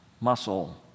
muscle